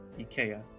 Ikea